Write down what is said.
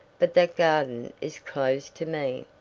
but that garden is closed to me.